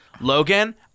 logan